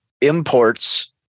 imports